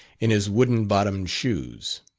in his wooden-bottomed shoes.